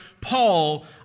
Paul